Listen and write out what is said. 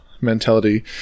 mentality